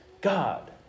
God